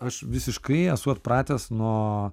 aš visiškai esu atpratęs nuo